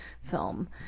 film